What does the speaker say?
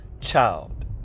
child